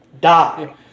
die